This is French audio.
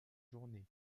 journée